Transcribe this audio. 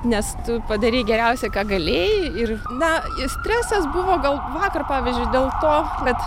nes tu padarei geriausia ką galėjai ir na stresas buvo gal vakar pavyzdžiui dėl to kad